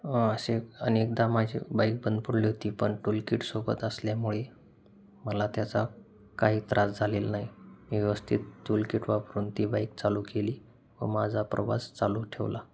असे अनेकदा माझी बाईक बंद पडली होती पण टूल किटसोबत असल्यामुळे मला त्याचा काही त्रास झालेला नाही मी व्यवस्थित टूल किट वापरून ती बाईक चालू केली व माझा प्रवास चालू ठेवला